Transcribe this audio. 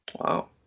Wow